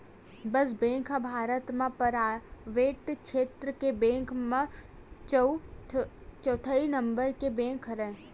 yes bank ह भारत म private छेत्र के बेंक म चउथइया नंबर के बेंक हरय